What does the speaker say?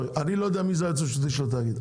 אני לא יודע מי היועץ המשפטי של התאגיד.